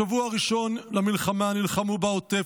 בשבוע הראשון למלחמה הם נלחמו בעוטף,